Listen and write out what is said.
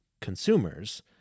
consumers